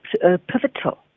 pivotal